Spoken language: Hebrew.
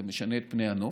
זה משנה את פני הנוף,